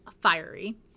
fiery